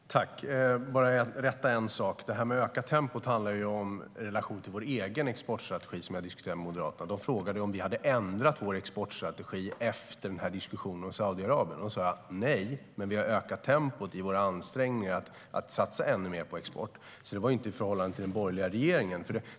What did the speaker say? Herr talman! Jag vill bara rätta en sak. Det här med att öka tempot gäller i relation till vår egen exportstrategi, som jag diskuterade med Moderaterna. De frågade om vi hade ändrat vår exportstrategi efter diskussionen om Saudiarabien. Då sa jag: Nej, men vi har ökat tempot i våra ansträngningar att satsa ännu mer på export. Det var alltså inte i förhållande till den borgerliga regeringen.